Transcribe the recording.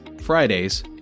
Fridays